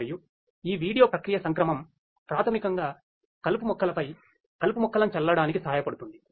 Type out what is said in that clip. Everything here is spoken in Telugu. మరియు ఈ వీడియో ప్రక్రియ సంక్రమం ప్రాథమికంగాకలుపుమొక్కలపైకలుపు మొక్కలనుచల్లడానికి సహాయపడుతుంది